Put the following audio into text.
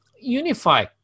unify